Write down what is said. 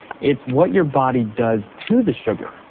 it's what your body does to the sugar.